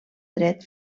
dret